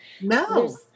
no